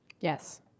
Yes